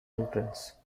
entrance